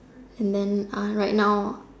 then I right now